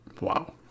Wow